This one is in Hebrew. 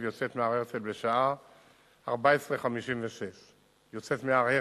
יוצאת מהר-הרצל בשעה 14:56. יוצאת מהר-הרצל.